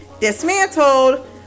dismantled